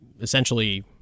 essentially